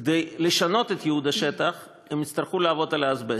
כדי לשנות את ייעוד השטח הם יצטרכו לעבוד על האזבסט,